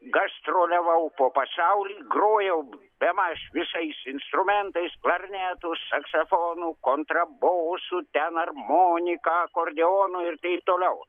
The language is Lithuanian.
gastroliavau po pasaulį grojau bemaž visais instrumentais klarnetu saksofonu kontrabosu ten armonika akordeonu ir taip toliau